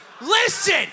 Listen